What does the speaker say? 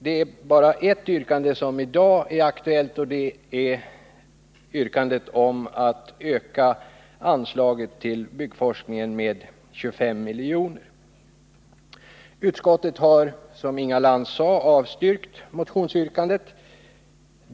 Det är bara ett yrkande som i dag är aktuellt, och det är yrkandet om att öka anslaget till byggforskningen med 25 miljoner. Utskottet har, som Inga Lantz sade, avstyrkt motionsyrkandet.